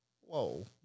whoa